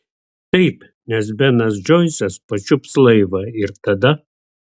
taip nes benas džoisas pačiups laivą ir tada